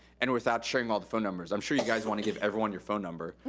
and without sharing all the phone numbers. i'm sure you guys wanna give everyone your phone number,